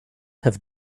have